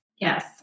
Yes